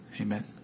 Amen